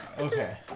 Okay